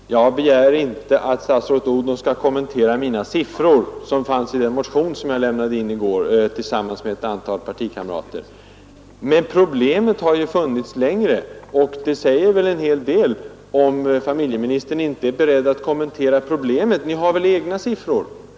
Herr talman! Jag begär inte att statsrådet fru Odhnoff skall kommentera siffrorna i den motion som jag tillsammans med några partikamrater väckte i går. Men hela problemet har ju funnits länge, och det säger rätt mycket att familjeministern inte är beredd att kommentera det. Ni har väl egna siffror!